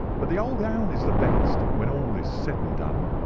but the old hound is the best, when all is said and done.